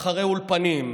אחרי אולפנים,